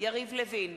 יריב לוין,